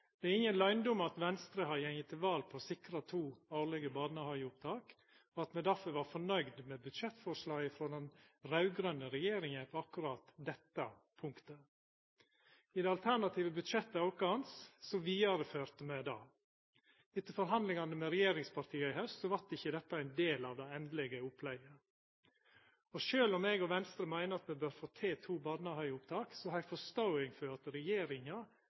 Det er ingen løyndom at Venstre har gått til val på å sikra to årlege barnehageopptak, og at me derfor var førnøgde med budsjettforslaget frå den raud-grøne regjeringa på akkurat dette punktet. I det alternativet budsjettet vårt vidareførte me dette. Etter forhandlingane med regjeringspartia i haust vart ikkje dette ein del at det endelege opplegget. Og sjølv om eg og Venstre meiner at me bør få til to barnehageopptak, har eg forståing for at regjeringa